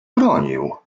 bronił